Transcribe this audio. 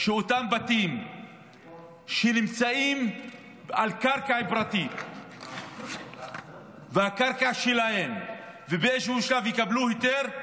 שאותם בתים שנמצאים על קרקע פרטית והקרקע שלהם ובאיזשהו שלב יקבלו היתר,